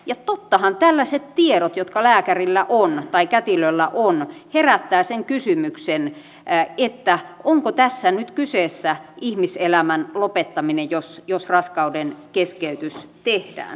ja tottahan tällaiset tiedot jotka lääkärillä on tai kätilöllä on herättävät sen kysymyksen onko tässä nyt kyseessä ihmiselämän lopettaminen jos raskaudenkeskeytys tehdään